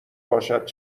باشد